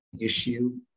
issue